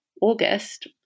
August